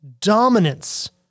dominance